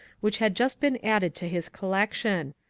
which had just been added to his collection.